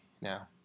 now